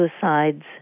suicides